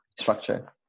structure